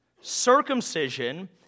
Circumcision